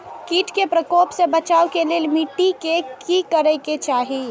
किट के प्रकोप से बचाव के लेल मिटी के कि करे के चाही?